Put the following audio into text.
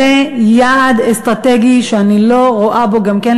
זה יעד אסטרטגי שאני לא רואה בו גם כן,